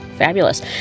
Fabulous